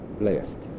blessed